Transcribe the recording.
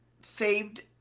saved